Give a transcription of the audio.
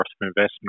investment